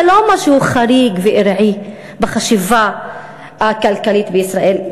זה לא משהו חריג וארעי בחשיבה הכלכלית בישראל.